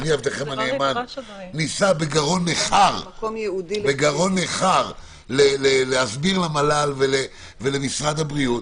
ואני עבדכם הנאמן ניסה בגרון ניחר להסביר למל"ל ולמשרד הבריאות,